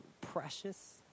precious